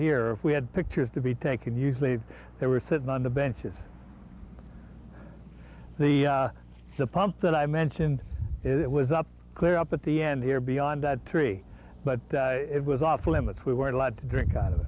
if we had pictures to be taken usually they were sitting on the benches the pump that i mentioned it was up clear up at the end here beyond that tree but it was off limits we weren't allowed to drink out of